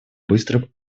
быстрой